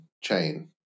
chain